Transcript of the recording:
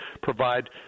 provide